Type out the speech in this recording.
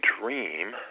dream